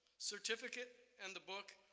certificate, and the book,